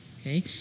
Okay